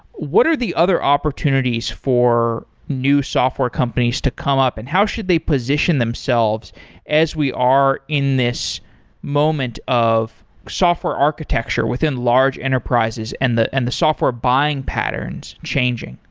what are the other opportunities for new software companies to come up and how should they position themselves as we are in this moment of software architecture within large enterprises and the and the software buying patterns changing?